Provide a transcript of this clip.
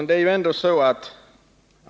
Herr talman!